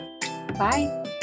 Bye